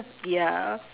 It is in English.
ya